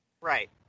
Right